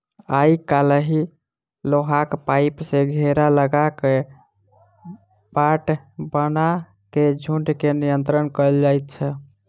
आइ काल्हि लोहाक पाइप सॅ घेरा लगा क बाट बना क झुंड के नियंत्रण कयल जाइत छै